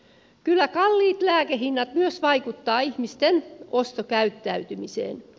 kyllä kalliit lääkehinnat myös vaikuttavat ihmisten ostokäyttäytymiseen